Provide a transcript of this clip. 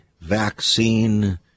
vaccine